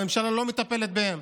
הממשלה לא מטפלת בהם.